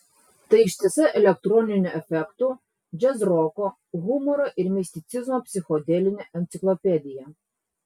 tai ištisa elektroninių efektų džiazroko humoro ir misticizmo psichodelinė enciklopedija